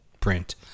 print